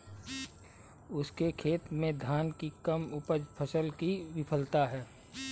उसके खेत में धान की कम उपज फसल की विफलता है